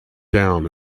down